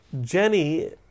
Jenny